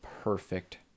perfect